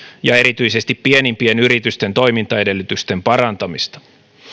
ja erityisesti pienimpien yritysten toimintaedellytysten parantamista